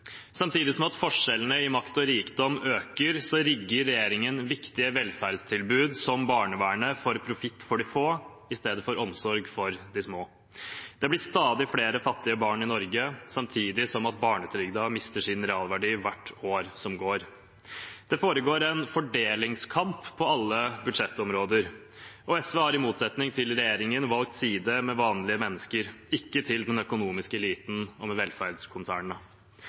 Samtidig som forskjellene i makt og rikdom øker, rigger regjeringen viktige velferdstilbud, som barnevernet, for profitt for de få i stedet for omsorg for de små. Det blir stadig flere fattige barn i Norge – samtidig som barnetrygden mister sin realverdi hvert år som går. Det foregår en fordelingskamp på alle budsjettområder, og SV har, i motsetning til regjeringen, valgt vanlige menneskers side, ikke den til den økonomiske eliten og velferdskonsernene.